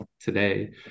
today